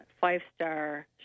five-star